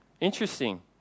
Interesting